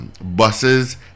Buses